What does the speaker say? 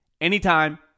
anytime